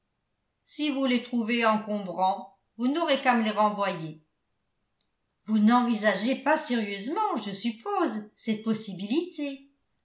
si vous les trouvez encombrants vous n'aurez qu'à me les renvoyer vous n'envisagez pas sérieusement je suppose cette possibilité